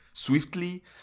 Swiftly